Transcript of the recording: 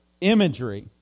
imagery